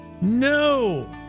no